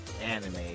anime